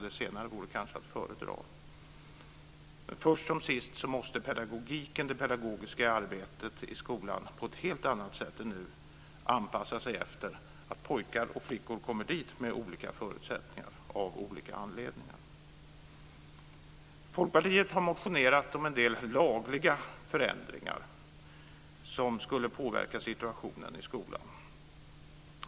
Det senare vore kanske att föredra. Först som sist måste det pedagogiska arbetet i skolan på ett helt annat sätt än nu anpassas efter att pojkar och flickor kommer dit med olika förutsättningar av olika anledningar. Folkpartiet har motionerat om en del lagmässiga förändringar som skulle påverka situationen i skolan.